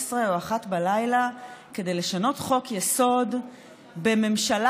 24:00 או 01:00 כדי לשנות חוק-יסוד בממשלה